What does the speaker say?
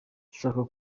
dushaka